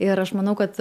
ir aš manau kad